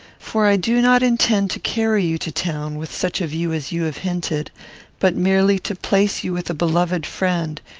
for i do not intend to carry you to town with such a view as you have hinted but merely to place you with a beloved friend,